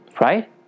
right